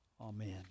Amen